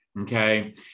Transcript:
Okay